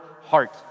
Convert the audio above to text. heart